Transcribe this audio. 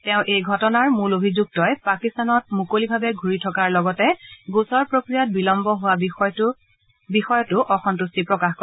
তেওঁ এই ঘটনাৰ মূল অভিযুক্তই পাকিস্তানত মুকলিভাৱে ঘূৰি থকাৰ লগতে গোচৰ প্ৰক্ৰিয়াত বিলম্ব হোৱা বিষয়তো তেওঁ অসম্ভট্টি প্ৰকাশ কৰে